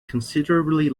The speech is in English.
considerably